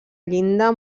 llinda